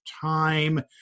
time